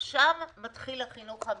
מתחיל החינוך האמיתי,